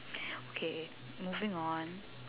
okay moving on